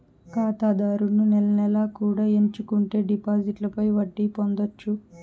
ఖాతాదారులు నెల నెలా కూడా ఎంచుకుంటే డిపాజిట్లపై వడ్డీ పొందొచ్చు